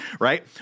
right